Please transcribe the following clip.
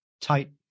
tight